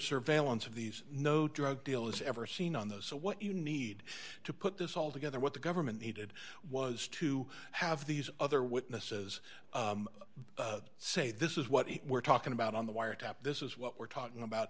surveillance of these no drug dealers ever seen on the so what you need to put this all together what the government needed was to have these other witnesses say this is what we're talking about on the wiretap this is what we're talking about